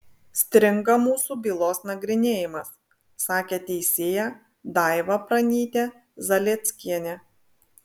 stringa mūsų bylos nagrinėjimas sakė teisėja daiva pranytė zalieckienė